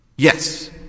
Yes